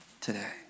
today